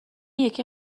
یکی